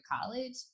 college